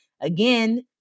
again